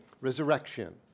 Resurrection